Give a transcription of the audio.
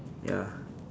ya